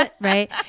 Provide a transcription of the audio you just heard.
Right